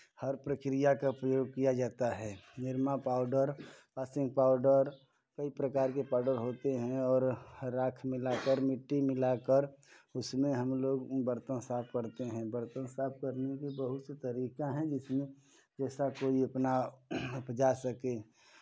हर प्रक्रिया का प्रयोग किया जाता है निरमा पाउडर वाशिंग पाउडर कई प्रकार के पाउडर होते हैं और राख मिला कर मिट्टी मिला कर उसमें हम लोग बर्तन साफ करते हैं बर्तन साफ करने की बहुत से तरीका हैं जिसमें जैसा कोई अपना उपजा सके